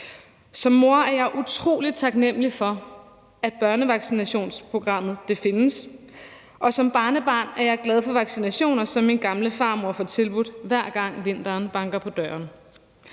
Som mor er jeg utrolig taknemlig for, at børnevaccinationsprogrammet findes, og som barnebarn er jeg glad for de vaccinationer, som min gamle farmor får tilbudt, hver gang vinteren banker på døren,